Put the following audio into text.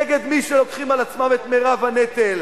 נגד מי שלוקחים על עצמם את מירב הנטל,